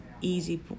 easy